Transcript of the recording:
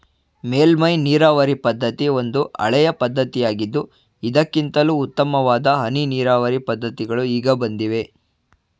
ಮೇಲ್ಮೈ ನೀರಾವರಿ ಪದ್ಧತಿ ಒಂದು ಹಳೆಯ ಪದ್ಧತಿಯಾಗಿದ್ದು ಇದಕ್ಕಿಂತಲೂ ಉತ್ತಮವಾದ ಹನಿ ನೀರಾವರಿ ಪದ್ಧತಿಗಳು ಈಗ ಬಂದಿವೆ